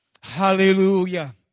Hallelujah